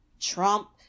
Trump